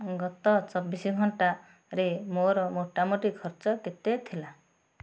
ଗତ ଚବିଶି ଘଣ୍ଟାରେ ମୋର ମୋଟାମୋଟି ଖର୍ଚ୍ଚ କେତେ ଥିଲା